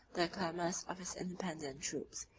the clamors of his independent troops,